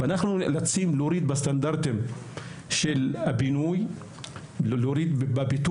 אנחנו נאלצים להוריד בסטנדרטים של הבינוי ובביטוח,